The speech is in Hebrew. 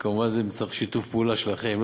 אבל זה כמובן מצריך שיתוף פעולה שלכם.